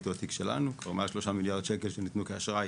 הוא שלנו; כבר מעל 3 מיליארד ₪ שניתנו כאשראי